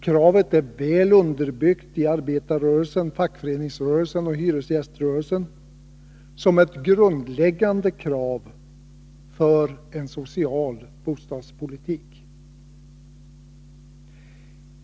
Kravet är väl underbyggt i arbetarrörelsen, fackföreningsrörelsen och hyresgäströrelsen som ett grundläggande krav för en social bostadspolitik.